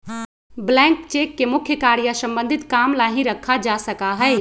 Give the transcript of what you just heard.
blank cheque के मुख्य कार्य या सम्बन्धित काम ला ही रखा जा सका हई